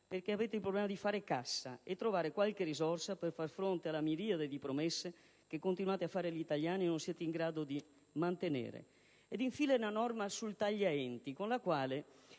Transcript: perché avete il problema di fare cassa e di trovare qualche risorsa per far fronte alla miriade di promesse che continuate a fare agli italiani e che non siete in grado di mantenere. Infine, ricordo il cosiddetto articolo